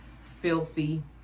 filthy